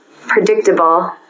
predictable